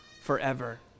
forever